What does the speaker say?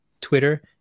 Twitter